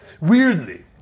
Weirdly